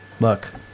Look